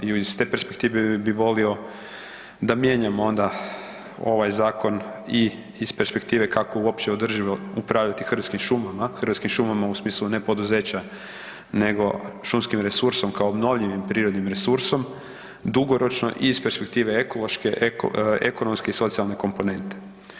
I iz te perspektive bi volio da mijenjamo onda ovaj zakon i iz perspektive kako uopće održivo upravljati Hrvatskim šumama, hrvatskim šumama u smislu ne poduzeća nego šumskim resursom kao obnovljivim prirodnim resursom, dugoročno i iz perspektive ekološke, ekonomske i socijalne komponente.